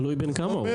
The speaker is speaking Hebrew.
תלוי בן כמה הוא.